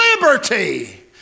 liberty